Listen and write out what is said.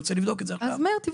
אני רוצה לבדוק את זה עכשיו.